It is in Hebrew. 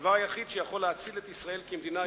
הדבר היחיד שיכול להציל את ישראל כמדינה יהודית